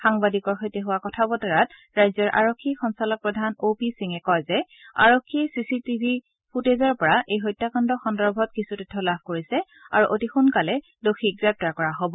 সাংবাদিকৰ সৈতে হোৱা কথা বতৰাত ৰাজ্যৰ আৰক্ষী সঞ্চালক প্ৰধান অ' পি সিঙে কয় যে আৰক্ষীয়ে চিচি টিভিৰ ফুটেজৰ পৰা এই হত্যাকাণ্ড সন্দৰ্ভত কিছু তথ্য লাভ কৰিছে আৰু অতি সোনকালে দোষীক গ্ৰেপ্তাৰ কৰা হ'ব